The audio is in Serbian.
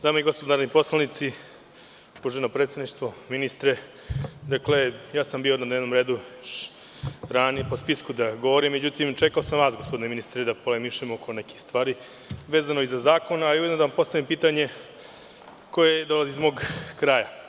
Dame i gospodo narodni poslanici, uvaženo predsedništvo, ministre, bio sam po spisku ranije da govorim, međutim, čekao sam vas, gospodine ministre, da polemišemo oko nekih stvari vezano i za zakon, a ujedno da vam postavim pitanje koje dolazi iz mog kraja.